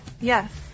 Yes